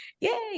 yay